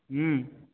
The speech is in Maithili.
हुँ